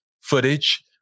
footage